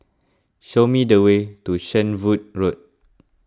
show me the way to Shenvood Road